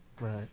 Right